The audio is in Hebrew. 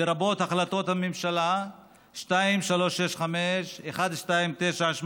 לרבות החלטות הממשלה 2365, 1298,